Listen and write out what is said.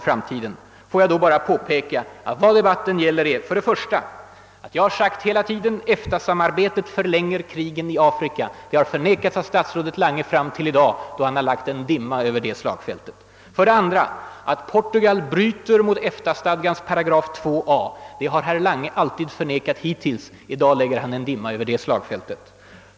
Får jag då bara påpeka, att jag för det första hela tiden har sagt att EFTA samarbetet förlänger krigen i Afrika. Det har förnekats av statsrådet Lange fram till i dag — då han har lagt en dimma över det slagfältet. För det andra har Lange hittills alltid förnekat att Portugal bryter mot FN stadgans § 2 a. I dag sprider han ut dimma också över det slagfältet.